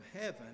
heaven